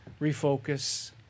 refocus